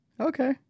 Okay